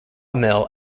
mill